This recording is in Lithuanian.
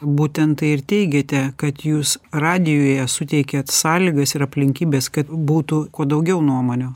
būtent tai ir teigiate kad jūs radijuje suteikėt sąlygas ir aplinkybes kad būtų kuo daugiau nuomonių